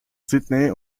sydney